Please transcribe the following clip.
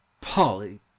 Polly